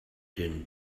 din